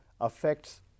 affects